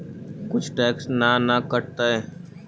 कुछ टैक्स ना न कटतइ?